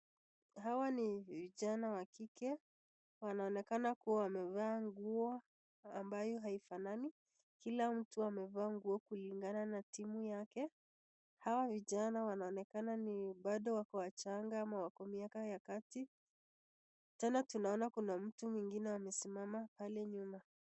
Hawa ni vijana wa kike, wameonekana kuvaa nguo ambayo haifanani, kila mtu amevaa nguo kulingana na timu yake. Hawa vijana wanaonekana ni bado wako changa ama miaka ya kati tena tunaona kuna mtu mwingine amesimama pale nyuma.